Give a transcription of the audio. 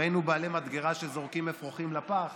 ראינו בעלי מדגרה שזורקים אפרוחים לפח,